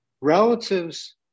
relatives